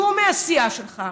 שהוא מהסיעה שלך,